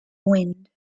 wind